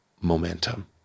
momentum